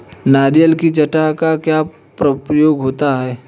नारियल की जटा का क्या प्रयोग होता है?